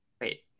wait